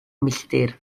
milltir